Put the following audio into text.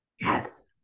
yes